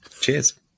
cheers